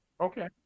Okay